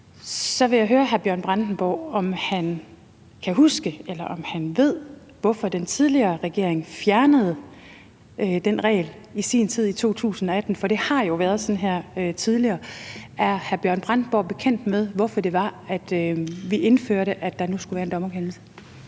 Brandenborg, om han kan huske, eller om han ved, hvorfor den tidligere regering fjernede den regel i sin tid, i 2018. For det har jo været sådan her tidligere. Er hr. Bjørn Brandenborg bekendt med, hvorfor det var, at vi indførte, at der nu skal være en dommerkendelse?